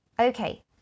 Okay